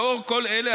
לאור כל אלה,